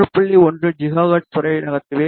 1 gigahertz வரை நகர்த்துவேன் சரி